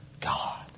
God